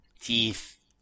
Teeth